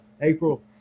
april